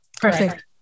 Perfect